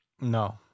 No